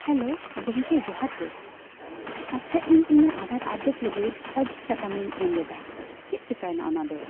hello ᱜᱚᱢᱠᱮ ᱡᱚᱦᱟᱨ ᱜᱮ ᱟᱪᱪᱷᱟ ᱤᱧ ᱤᱧᱟᱹᱜ ᱟᱫᱷᱟᱨ ᱟᱯᱰᱮᱴ ᱞᱟᱹᱜᱤᱫ ᱟᱹᱨᱡᱤ ᱥᱟᱠᱟᱢ ᱤᱧ ᱮᱢ ᱞᱮᱫᱟ ᱪᱮᱫ ᱪᱤᱠᱟᱭᱮᱱᱟ ᱚᱱᱟ ᱫᱚ